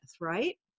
right